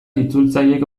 itzultzaileek